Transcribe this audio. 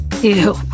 Ew